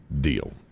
Deal